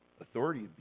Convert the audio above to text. authority